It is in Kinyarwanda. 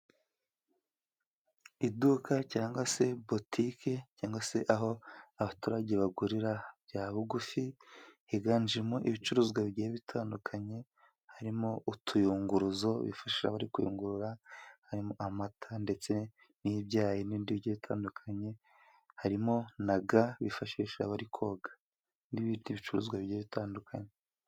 Iduka cyangwa se botike cyangwa se aho abaturage bagurira bya bugufi, higanjemo ibicuruzwa bigiye bitandukanye harimo utuyunguruzo bifasha bari kuyungurura harimo amata, ndetse n'ibyayi n'ibindi bigiye bitandukanye, harimo na ga bifashisha bari koga n'ibindi bicuruzwa bigiye bitandukanye.